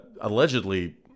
allegedly